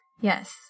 Yes